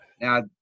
Now